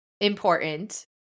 important